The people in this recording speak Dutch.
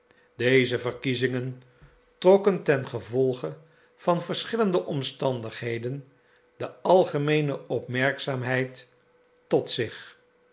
deze verkiezingen trokken tengevolge van verschillende omstandigheden de algemeene opmerkzaamheid tot zich